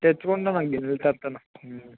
తెచ్చుకుంటాను గిన్నెలు తెస్తాను